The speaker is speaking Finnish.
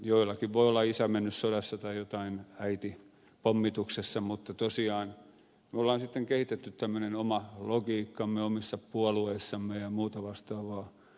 joillakin voi olla isä mennyt sodassa tai jotain äiti pommituksessa mutta tosiaan me olemme sitten kehittäneet tämmöisen oman logiikkamme omissa puolueissamme ja muuta vastaavaa